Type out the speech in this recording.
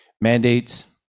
mandates